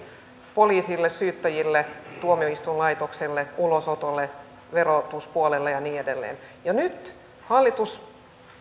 poliisille syyttäjille tuomioistuinlaitokselle ulosotolle verotuspuolelle ja niin edelleen nyt hallitus